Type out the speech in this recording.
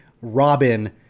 Robin